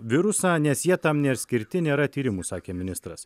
virusą nes jie tam neskirti nėra tyrimų sakė ministras